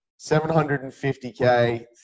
750K